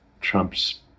Trump's